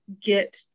get